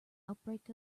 outbreak